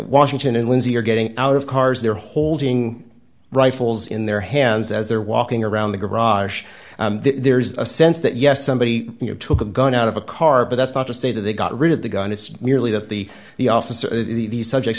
washington and lindsey are getting out of cars they're holding rifles in their hands as they're walking around the garage there's a sense that yes somebody you know took a gun out of a car but that's not to say that they got rid of the gun it's merely that the the officer these subjects